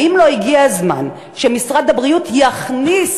האם לא הגיע הזמן שמשרד הבריאות יכניס,